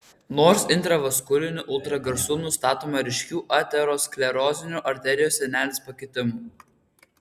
nors intravaskuliniu ultragarsu nustatoma ryškių aterosklerozinių arterijos sienelės pakitimų